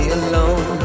alone